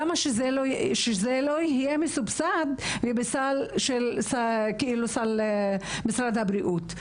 אז למה שזה לא יהיה מסובסד ובסל של משרד הבריאות?